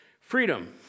Freedom